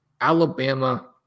alabama